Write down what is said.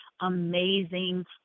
amazing